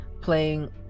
playing